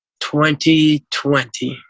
2020